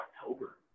October